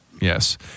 yes